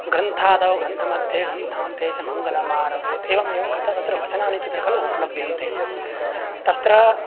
ग्रन्थादौ ग्रन्थमध्ये ग्रन्थान्ते च मङ्गलम् आरभेत् एवम् एवं कृत्वा तत्र वचनानि तत्र खलु उपलभ्यन्ते तत्र